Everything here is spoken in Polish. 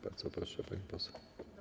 Bardzo proszę, pani poseł.